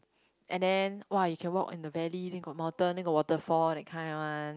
and then !wah! you can in the valley then got mountain then got waterfall that kind one